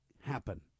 happen